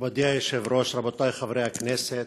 מכובדי היושב-ראש, רבותי חברי הכנסת,